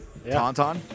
Tauntaun